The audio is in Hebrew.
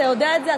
אתה יודע את זה,